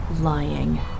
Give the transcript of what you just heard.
lying